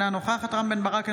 אינה נוכחת רם בן ברק,